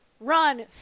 run